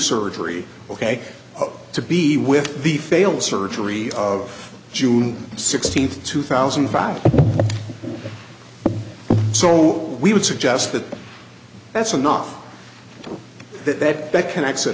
surgery ok to be with the failed surgery of june sixteenth two thousand and five so we would suggest that that's enough that that that connects it